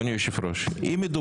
מטי לא הצביעה, אני הסתכלתי.